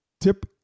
tip